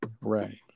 right